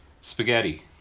Spaghetti